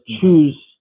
choose